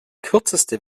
kürzeste